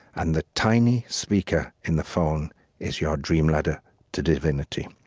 and the tiny speaker in the phone is your dream-ladder to divinity.